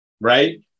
right